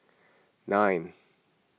nine